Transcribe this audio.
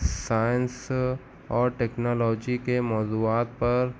science اور technology کے موضوعات پر